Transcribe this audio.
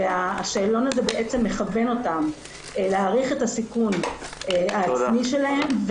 והשאלון הזה בעצם מכוון אותם להעריך את הסיכון העצמי שלהם,